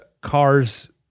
cars